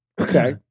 Okay